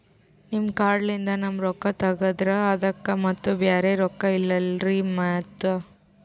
ನಿಮ್ ಕಾರ್ಡ್ ಲಿಂದ ನಮ್ ರೊಕ್ಕ ತಗದ್ರ ಅದಕ್ಕ ಮತ್ತ ಬ್ಯಾರೆ ರೊಕ್ಕ ಇಲ್ಲಲ್ರಿ ಮತ್ತ?